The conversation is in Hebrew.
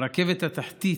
ברכבת התחתית,